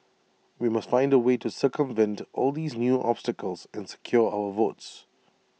we must find A way to circumvent all these new obstacles and secure our votes